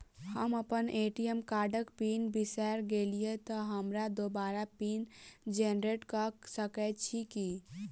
हम अप्पन ए.टी.एम कार्डक पिन बिसैर गेलियै तऽ हमरा दोबारा पिन जेनरेट कऽ सकैत छी की?